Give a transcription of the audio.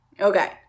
Okay